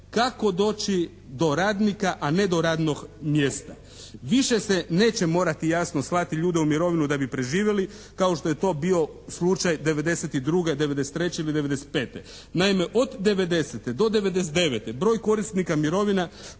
kako doći do radnika, a ne do radnog mjesta. Više se neće morati jasno slati ljude u mirovinu da bi preživjeli kao što je to bio slučaj '92., '93. ili '95. Naime, od '90. do '99. broj korisnika mirovina